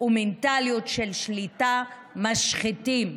ומנטליות של שליטה משחיתים,